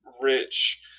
rich